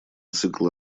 цикл